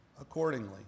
accordingly